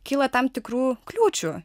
kyla tam tikrų kliūčių